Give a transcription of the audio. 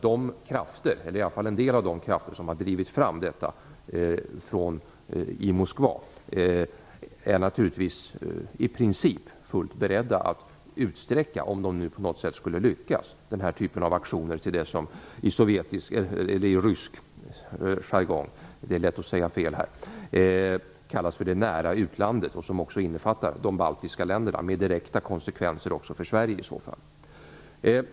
De krafter - eller i varje fall en del av dem - som har drivit fram detta är naturligtvis fullt beredda att, om de nu på något sätt skulle lyckas, utsträcka den här typen av aktioner till det som i rysk jargong kallas för det nära utlandet och som också innefattar de baltiska länderna, med direkta konsekvenser också för Sverige i så fall.